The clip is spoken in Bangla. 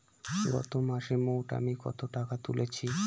গত মাসে মোট আমি কত টাকা তুলেছি?